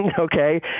Okay